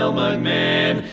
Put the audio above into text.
so my man.